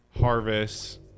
harvest